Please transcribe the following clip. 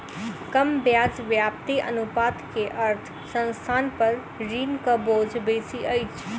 कम ब्याज व्याप्ति अनुपात के अर्थ संस्थान पर ऋणक बोझ बेसी अछि